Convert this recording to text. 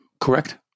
correct